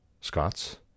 Scots